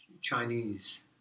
Chinese